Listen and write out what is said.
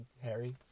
Harry